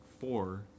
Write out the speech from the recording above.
four